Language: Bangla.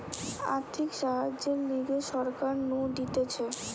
আর্থিক সাহায্যের লিগে সরকার নু দিতেছে